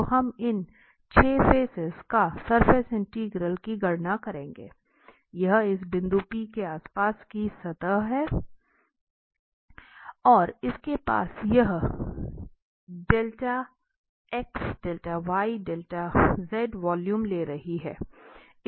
तो हम इन छह फेसेस का सरफेस इंटीग्रल की गणना करेंगे यह इस बिंदु P के आसपास की सतह है और इसके पास यह 𝛿x 𝛿y 𝛿z वॉल्यूम ले रही है